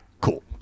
Cool